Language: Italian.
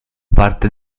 parte